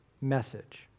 message